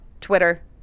Twitter